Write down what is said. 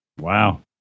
Wow